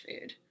food